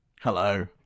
Hello